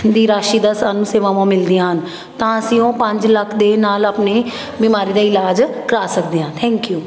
ਦੀ ਰਾਸ਼ੀ ਦਾ ਸਾਨੂੰ ਸੇਵਾਵਾਂ ਮਿਲਦੀਆਂ ਹਨ ਤਾਂ ਅਸੀਂ ਉਹ ਪੰਜ ਲੱਖ ਦੇ ਨਾਲ ਆਪਣੀ ਬਿਮਾਰੀ ਦਾ ਇਲਾਜ ਕਰਵਾ ਸਕਦੇ ਆਂ ਥੈਂਕ ਯੂ